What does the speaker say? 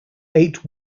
eight